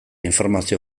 informazio